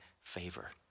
favor